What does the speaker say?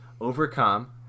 overcome